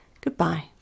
goodbye